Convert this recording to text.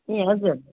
ए हजुर हजुर